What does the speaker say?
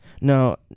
No